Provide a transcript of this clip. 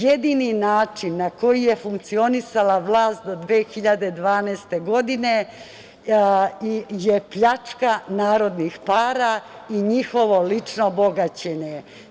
Jedini način na koji je funkcionisala vlast do 2012. godine je pljačka narodnih para i njihovo lično bogaćenje.